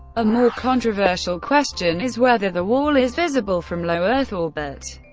a more controversial question is whether the wall is visible from low earth orbit.